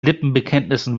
lippenbekenntnissen